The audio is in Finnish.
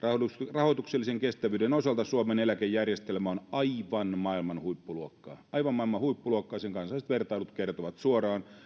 rahoituksellisen kestävyyden osalta suomen eläkejärjestelmä on aivan maailman huippuluokkaa aivan maailman huippuluokkaa sen kansainväliset vertailut kertovat suoraan